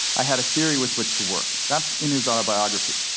i had a theory with which to work. that's in his autobiography.